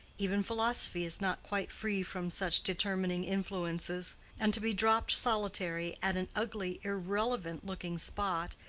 even philosophy is not quite free from such determining influences and to be dropped solitary at an ugly, irrelevant-looking spot,